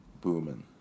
booming